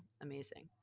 amazing